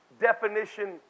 definition